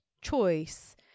choice